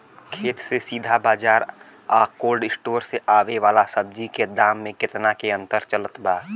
खेत से सीधा बाज़ार आ कोल्ड स्टोर से आवे वाला सब्जी के दाम में केतना के अंतर चलत बा?